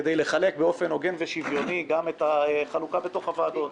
כדי לחלק באופן הוגן ושוויוני את החלוקה בתוך הוועדות.